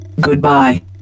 goodbye